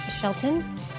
Shelton